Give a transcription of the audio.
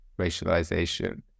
racialization